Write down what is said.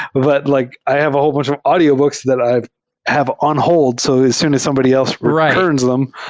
but like i have a whole bunch of audiobooks that i have on hold. so as soon as somebody else returns them,